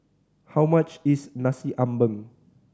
how much is Nasi Ambeng